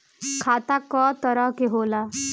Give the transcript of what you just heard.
खाता क तरह के होला?